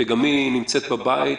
שגם היא נמצא בבית,